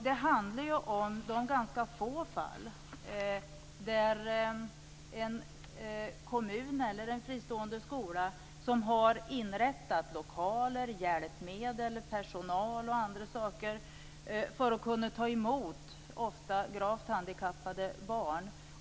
Det handlar om de ganska få fall där en kommun eller en fristående skola har tagit fram lokaler, hjälpmedel, personal och andra saker för att kunna ta emot ofta gravt handikappade barn.